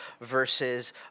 verses